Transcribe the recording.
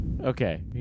Okay